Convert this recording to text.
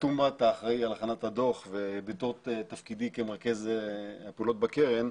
החתום האחראי על הכנת הדו"ח ובתור תפקידי כמרכז פעולות בקרן,